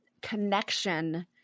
connection